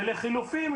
ולחילופין,